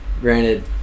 granted